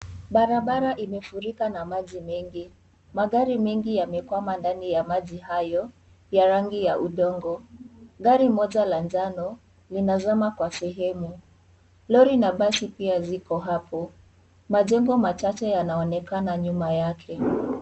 Barabara imefurika na maji mengi. Magari mengi yamekwama ndani ya maji hayo ya rangi ya udongo. Gari moja la njano linazama kwa sehemu. Lori na basi pia ziko hapo. Majengo machache yanaonekana nyuma yake.